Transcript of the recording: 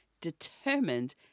determined